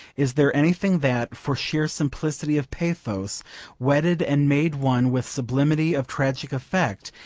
is there anything that, for sheer simplicity of pathos wedded and made one with sublimity of tragic effect,